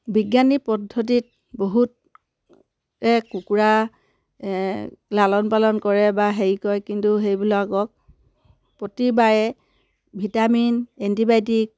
বৈজ্ঞানিক পদ্ধতিত বহুতে কুকুৰা লালন পালন কৰে বা হেৰি কৰে কিন্তু সেইবিলাকক প্ৰতিবাৰে ভিটামিন এণ্টিবায়'টিক